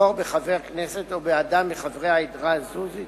לבחור בחבר כנסת או באדם מחברי העדה הדרוזית